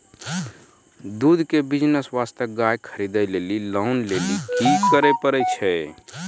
दूध के बिज़नेस वास्ते गाय खरीदे लेली लोन लेली की करे पड़ै छै?